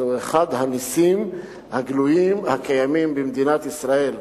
זהו אחד הנסים הגלויים הקיימים במדינת ישראל.